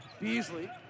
Beasley